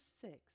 six